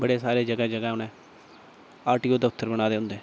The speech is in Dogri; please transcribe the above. बड़ी सारी जगह् उ'नें आरटीओ दफ्तर बनाए दे होंदे